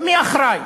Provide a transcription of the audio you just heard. מי אחראי?